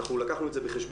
אנחנו לקחנו את זה בחשבון,